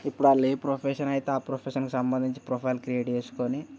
ఇప్పుడు వాళ్ళు ఏ ప్రొఫెషన్ అయితే ఆ ప్రొఫెషన్ సంబంధించి ప్రొఫైల్ క్రియేట్ చేసుకుని